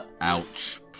Ouch